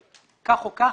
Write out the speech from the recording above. כך או כך,